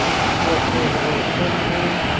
still feels a little thin to me